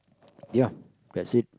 ya that's it